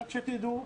תדעו,